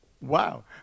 Wow